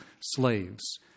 slaves